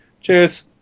Cheers